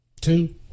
two